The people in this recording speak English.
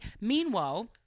meanwhile